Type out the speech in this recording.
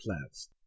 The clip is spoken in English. plants